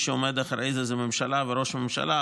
שעומד מאחורי זה זאת הממשלה וראש הממשלה,